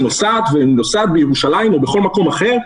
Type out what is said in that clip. שנוסעת בירושלים או בכל מקום אחר.